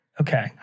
okay